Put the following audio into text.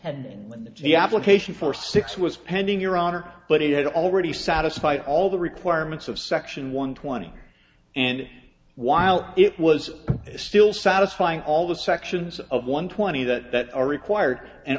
and the application for six was pending your honor but it had already satisfy all the requirements of section one twenty and while it was still satisfying all the sections of one twenty that are required and